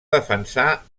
defensar